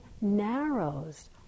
narrows